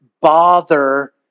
bother